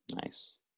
Nice